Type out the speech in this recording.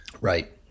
Right